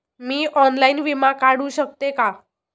मी online विमा काढू शकते का?